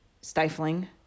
stifling